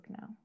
now